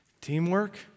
Teamwork